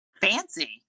fancy